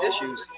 issues